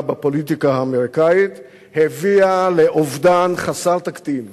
בפוליטיקה האמריקנית הביאה לאובדן חסר תקדים